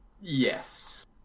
Yes